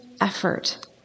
effort